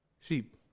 Sheep